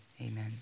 amen